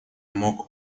мог